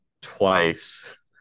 twice